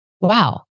wow